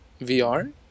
VR